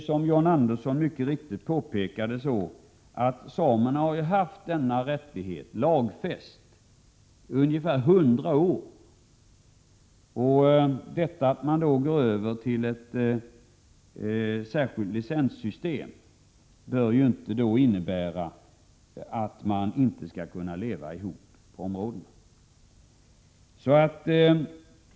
Som John Andersson mycket riktigt påpekade har samerna haft denna rättighet lagfäst i ungefär hundra år, och att man då går över till ett särskilt licenssystem bör inte innebära att man inte skall kunna leva ihop på områdena.